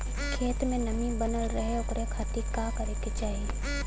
खेत में नमी बनल रहे ओकरे खाती का करे के चाही?